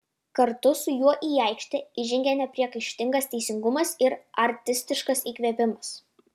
kartu su juo į aikštę įžengė nepriekaištingas teisingumas ir artistiškas įkvėpimas